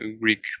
Greek